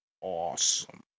awesome